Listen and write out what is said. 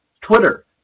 Twitter